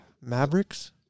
Mavericks